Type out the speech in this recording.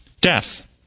death